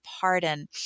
pardon